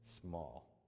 small